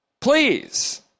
Please